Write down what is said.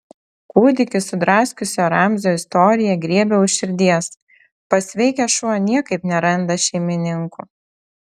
kūdikį sudraskiusio ramzio istorija griebia už širdies pasveikęs šuo niekaip neranda šeimininkų